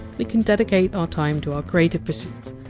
we can dedicate our time to our creative pursuits,